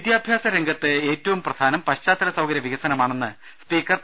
വിദ്യാഭ്യാസ രംഗത്ത് ഏറ്റവും പ്രധാനം പശ്ചാത്തല സൌകരൃവികസനമാണെന്ന് സ്പീക്കർ പി